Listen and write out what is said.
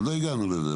עוד לא הגענו לזה.